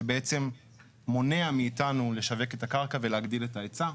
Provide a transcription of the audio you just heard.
שבעצם מונע מאתנו לשווק את הקרקע ולהגדיל את ההיצע.